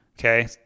okay